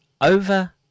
over